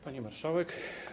Pani Marszałek!